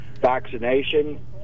vaccination